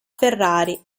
ferrari